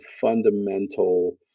fundamental